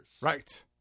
Right